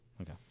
Okay